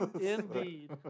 Indeed